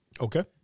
Okay